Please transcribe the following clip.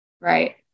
right